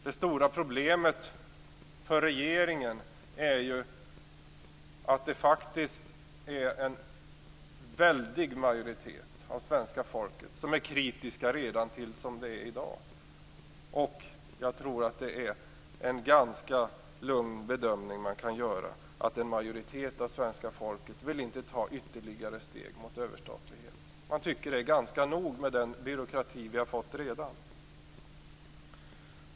Det stora problemet för regeringen är att en väldig majoritet av svenska folket faktiskt är kritisk redan till det som gäller i dag. Jag tror att det är en ganska lugn bedömning man kan göra, att en majoritet av svenska folket inte vill ta ytterligare steg mot överstatlighet. Man tycker att det är nog med den byråkrati vi har fått redan.